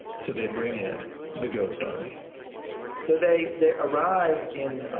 so they bring in the ghost army so they they arrive in